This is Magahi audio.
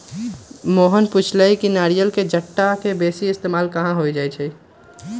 मोहन पुछलई कि नारियल के जट्टा के बेसी इस्तेमाल कहा होई छई